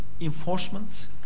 enforcement